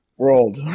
world